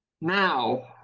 now